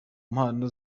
mpano